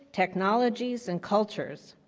technologies, and cultures,